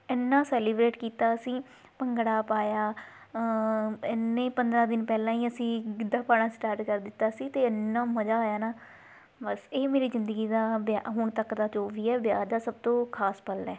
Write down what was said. ਇੰਨਾ ਸੈਲੀਬ੍ਰੇਟ ਕੀਤਾ ਅਸੀਂ ਭੰਗੜਾ ਪਾਇਆ ਇੰਨੇ ਪੰਦਰ੍ਹਾਂ ਦਿਨ ਪਹਿਲਾਂ ਹੀ ਅਸੀਂ ਗਿੱਧਾ ਪਾਉਣਾ ਸਟਾਟ ਕਰ ਦਿੱਤਾ ਸੀ ਅਤੇ ਇੰਨਾ ਮਜ਼ਾ ਹੋਇਆ ਨਾ ਬਸ ਇਹ ਮੇਰੀ ਜ਼ਿੰਦਗੀ ਦਾ ਵਿਆ ਹੁਣ ਤੱਕ ਦਾ ਜੋ ਵੀ ਹੈ ਵਿਆਹ ਦਾ ਸਭ ਤੋਂ ਖਾਸ ਪਲ ਹੈ